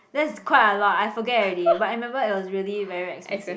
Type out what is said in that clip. that's quite a lot I forget already but I remember it was really very expensive